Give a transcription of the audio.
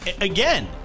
again